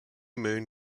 moon